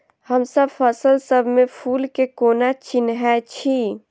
हमसब फसल सब मे फूल केँ कोना चिन्है छी?